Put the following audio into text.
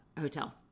hotel